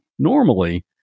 Normally